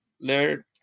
learn